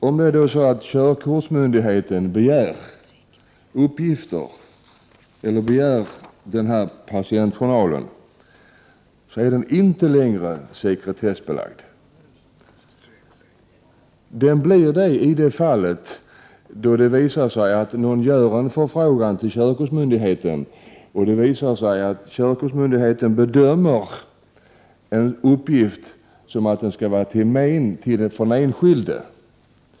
Om körkortsmyndigheten begär in patientjournalen är den inte sekretessbelagd. Den blir det om någon gör en förfrågan till körkortsmyndigheten och det visar sig att körkortsmyndigheten bedömer det så att en uppgift skulle vara till men för den enskilde.